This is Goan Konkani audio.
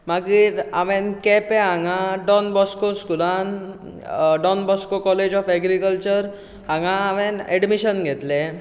मागीर हांवेंन केप्यां हांगां डॉन बॉस्को स्कुलांत Don Bosco college of agriculture हांगां हांवें एडमीशन घेतलें